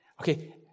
Okay